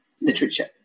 Literature